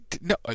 no